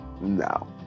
No